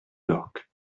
york